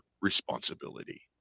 responsibility